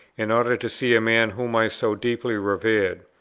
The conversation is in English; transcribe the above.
in order to see a man whom i so deeply revered.